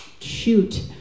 shoot